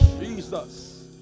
Jesus